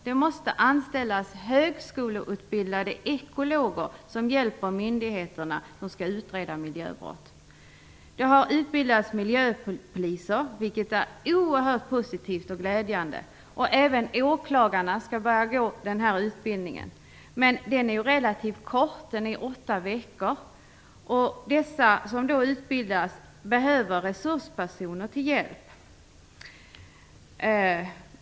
Det måste anställas högskoleutbildade ekologer som hjälper de myndigheter som skall utreda miljöbrott. Det har utbildats miljöpoliser, vilket är oerhört positivt och glädjande. Även åklagarna skall börja gå den utbildningen. Men utbildningen är relativt kort. Den är åtta veckor. De personer som utbildas behöver resurspersoner till hjälp.